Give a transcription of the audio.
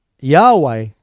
Yahweh